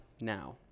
now